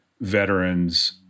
veterans